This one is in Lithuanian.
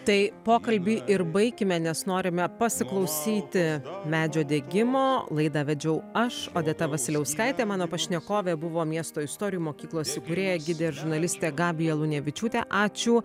tai pokalbį ir baikime nes norime pasiklausyti medžio degimo laidą vedžiau aš odeta vasiliauskaitė mano pašnekovė buvo miesto istorijų mokyklos įkūrėja gidė žurnalistė gabija lunevičiūtė ačiū